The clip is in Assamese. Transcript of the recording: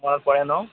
হয় পৰে ন